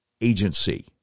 Agency